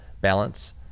balance